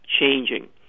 changing